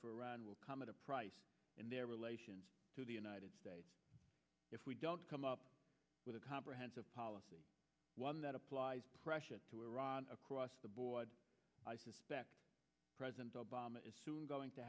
for iran will come at a price in their relations to the united states if we don't come up with a comprehensive policy one that applies pressure to iran across the board i suspect president obama is soon going to